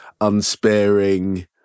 unsparing